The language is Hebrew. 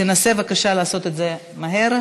תנסה בבקשה לעשות את זה מהר,